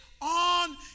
on